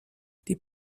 die